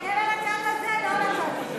תסתכל על הצד הזה, לא על הצד הזה.